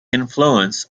influence